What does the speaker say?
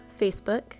Facebook